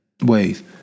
ways